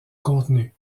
contenu